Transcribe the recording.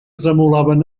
tremolaven